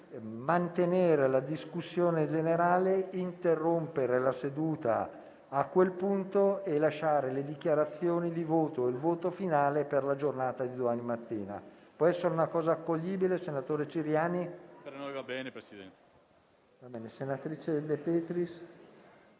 svolgere la discussione generale, interrompere la seduta a quel punto e lasciare le dichiarazioni di voto e il voto finale per la giornata di domani mattina. Può essere una proposta accoglibile, senatore Ciriani?